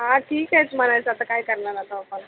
हां ठीक आहेत म्हणायचं आता काय करणार आता आपण